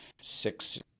six